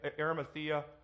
Arimathea